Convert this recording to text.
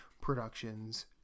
productions